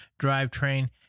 drivetrain